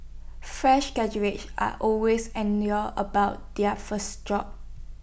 fresh graduates are always about their first job